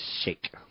shake